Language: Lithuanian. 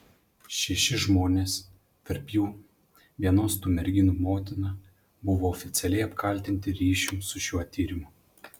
šeši žmonės tarp jų vienos tų merginų motina buvo oficialiai apkaltinti ryšium su šiuo tyrimu